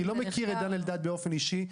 אני לא מכיר את דן אלדד באופן אישי,